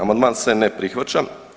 Amandman se ne prihvaća.